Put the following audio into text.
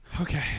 Okay